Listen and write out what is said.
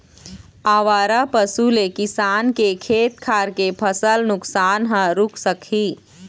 आवारा पशु ले किसान के खेत खार के फसल नुकसान ह रूक सकही